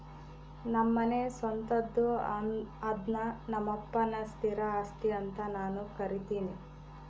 ನಮ್ಮನೆ ಸ್ವಂತದ್ದು ಅದ್ನ ನಮ್ಮಪ್ಪನ ಸ್ಥಿರ ಆಸ್ತಿ ಅಂತ ನಾನು ಕರಿತಿನಿ